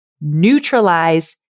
neutralize